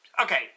Okay